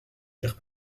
chère